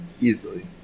Easily